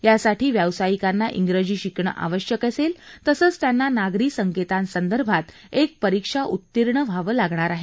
यासाठी व्यावसायिकांना इंग्रजी शिकणं आवश्यक असेल तसंच त्यांना नागरी संकेतांसंदर्भात एक परीक्षा उत्तीर्ण व्हावं लागणार आहे